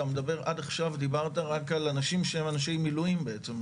עד עכשיו דיברת רק על אנשים שהם אנשי מילואים בעצם.